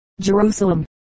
Jerusalem